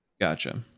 Gotcha